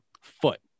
foot